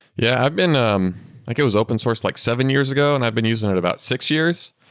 yeah, i've been ah um like it was open source like seven years ago and i've been using it about six years,